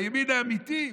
הימין האמיתי,